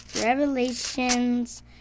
Revelations